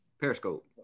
Periscope